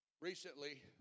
Recently